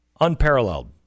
unparalleled